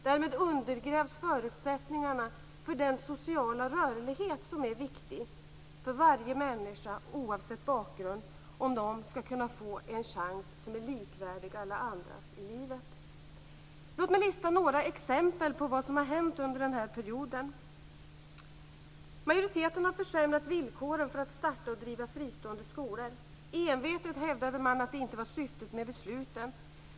Därmed undergrävs förutsättningarna för den sociala rörlighet som är viktig för varje människa oavsett bakgrund om man skall kunna få en chans som är likvärdig alla andras i livet. Låt mig lista några exempel på vad som har hänt under den här perioden. Majoriteten har försämrat villkoren för att starta och driva fristående skolor. Envetet hävdade man att det inte var syftet med besluten.